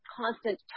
constant